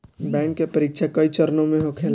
bank के परीक्षा कई चरणों में होखेला